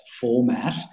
format